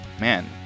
man